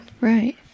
Right